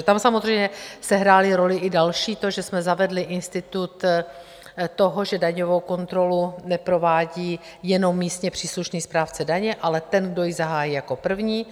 Tam samozřejmě sehrálo roli i další to, že jsme zavedli institut toho, že daňovou kontrolu neprovádí jenom místně příslušný správce daně, ale ten, kdo ji zahájí jako první.